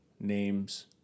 names